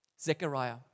Zechariah